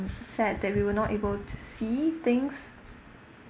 sad that we will not able to see things